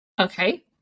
okay